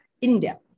India